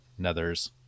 nethers